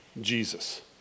Jesus